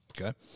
okay